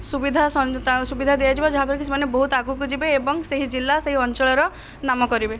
ସୁବିଧା ସୁବିଧା ଦିଆଯିବ ଯାହା ଫଳରେ କି ସେମାନେ ବହୁତ ଆଗକୁ ଯିବେ ଏବଂ ସେହି ଜିଲ୍ଲା ସେହି ଅଞ୍ଚଳର ନାମ କରିବେ